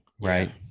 Right